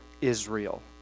Israel